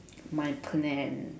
my plan